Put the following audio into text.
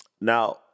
Now